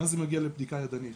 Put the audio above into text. ואז זה מגיע לבדיקה ידנית.